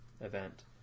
event